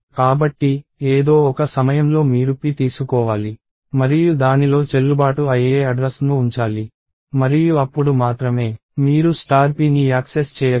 కాబట్టి ఏదో ఒక సమయంలో మీరు p తీసుకోవాలి మరియు దానిలో చెల్లుబాటు అయ్యే అడ్రస్ ను ఉంచాలి మరియు అప్పుడు మాత్రమే మీరు p ని యాక్సెస్ చేయగలరు